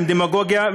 עם דמגוגיה,